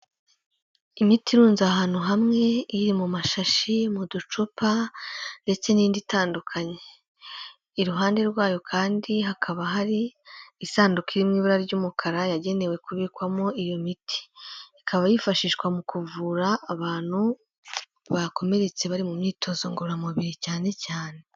Imiti irunze ahantu hamwe, iri mu mashashi, mu ducupa ndetse n'indi itandukanye, iruhande rwayo kandi hakaba hari isanduku iririmo mu ibara ry'umukara yagenewe kubikwamo iyo miti, ikaba yifashishwa mu kuvura abantu bakomeretse bari mu myitozo ngororamubiri cyane cyane.